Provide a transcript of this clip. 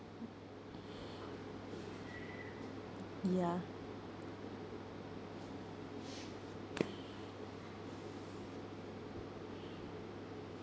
ya